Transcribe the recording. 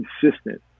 consistent